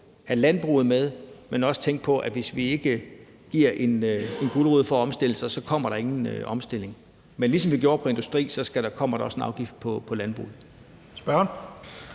have landbruget med, men også tænke på, at hvis ikke vi giver en gulerod for at omstille sig, så kommer der ingen omstilling. Men ligesom der gjorde for industrien, kommer der også en afgift for landbruget.